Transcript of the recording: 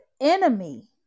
enemy